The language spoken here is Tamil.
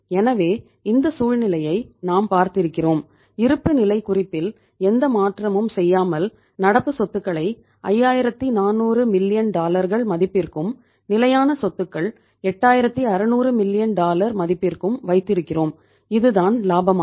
எனவே இந்த சூழ்நிலையை நாம் பார்த்திருக்கிறோம் இருப்புநிலைக் குறிப்பில் எந்த மாற்றமும் செய்யாமல் நடப்பு சொதுக்களை 5400 மில்லியன் மதிப்பிற்கும் வைத்திருக்கிறோம் இது தான் லாபமாகும்